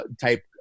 type